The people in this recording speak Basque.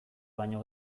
baino